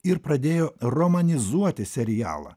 ir pradėjo romanizuoti serialą